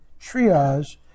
triage